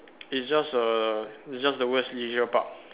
it's just a it's just the words leisure park